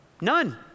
none